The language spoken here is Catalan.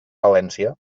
valència